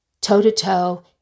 toe-to-toe